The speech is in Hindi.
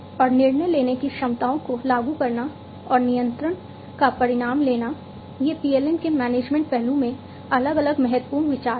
और निर्णय लेने की क्षमताओं को लागू करना और नियंत्रण का परिणाम लेना ये PLM के मैनेजमेंट पहलू में अलग अलग महत्वपूर्ण विचार हैं